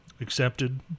accepted